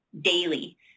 daily